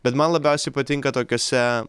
bet man labiausiai patinka tokiose